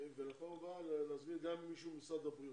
ולפעם הבאה נזמין גם מישהו ממשרד הבריאות,